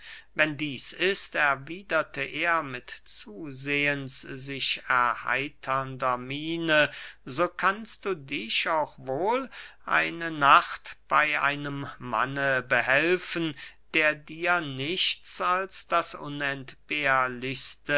wenn dieß ist erwiederte er mit zusehends sich erheiternder miene so kannst du dich auch wohl eine nacht bey einem manne behelfen der dir nichts als das